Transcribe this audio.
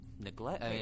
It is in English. neglect